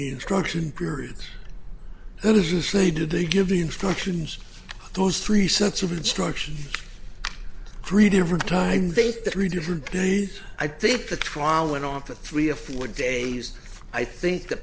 instruction periods and as you say did they give the instructions those three sets of instructions three different times they three different days i think the trial went on for three or four days i think the